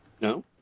No